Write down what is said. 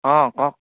অঁ অঁ